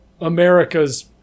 america's